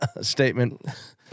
statement